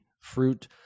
fruit